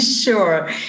Sure